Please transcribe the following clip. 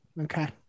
Okay